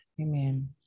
Amen